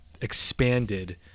expanded